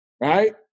right